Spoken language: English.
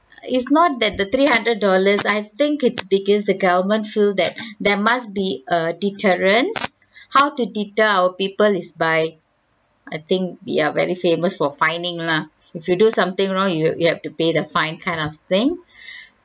it's not that the three hundred dollars I think it's because the government feel that there must be a deterrence how did to deter our people is by I think we are very famous for fining lah if you do something wrong you you have to pay the fine kind of thing